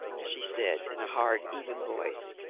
she said in a hard, even voice.